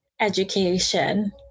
education